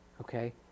Okay